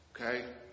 Okay